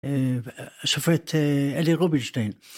שופט אלי רובינשטיין.